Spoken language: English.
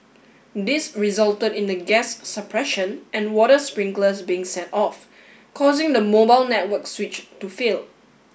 this resulted in the gas suppression and water sprinklers being set off causing the mobile network switch to fail